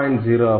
0515